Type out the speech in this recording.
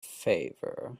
favor